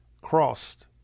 crossed